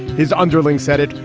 his underlings said it,